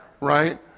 right